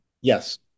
Yes